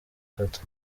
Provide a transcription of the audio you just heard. gato